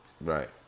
Right